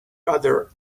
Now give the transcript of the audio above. other